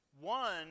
One